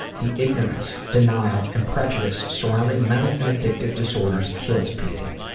the ignorance, denial and prejudice surrounding mental and addictive disorders kills people.